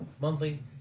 monthly